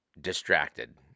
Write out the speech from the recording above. distracted